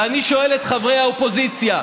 ואני שואל את חברי האופוזיציה,